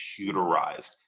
computerized